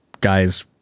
guys